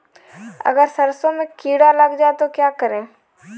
अगर सरसों में कीड़ा लग जाए तो क्या करें?